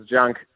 junk